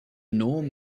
norm